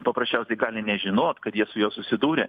paprasčiausiai gali nežinot kad jie su juo susidūrė